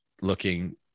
looking